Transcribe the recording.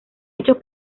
hechos